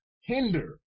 hinder